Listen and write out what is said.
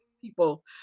people